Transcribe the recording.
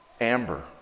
Amber